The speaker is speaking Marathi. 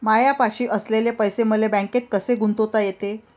मायापाशी असलेले पैसे मले बँकेत कसे गुंतोता येते?